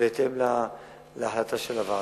בהתאם להחלטה של הוועדה.